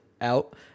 out